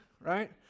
right